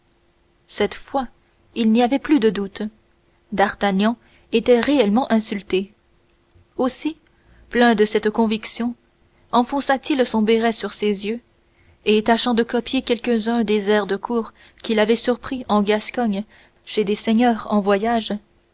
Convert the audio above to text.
cette fois il n'y avait plus de doute d'artagnan était réellement insulté aussi plein de cette conviction enfonça t il son béret sur ses yeux et tâchant de copier quelques-uns des airs de cour qu'il avait surpris en gascogne chez des seigneurs en voyage